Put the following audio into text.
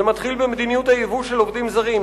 זה מתחיל במדיניות הייבוא של עובדים זרים.